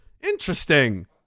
Interesting